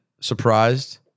surprised